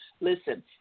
listen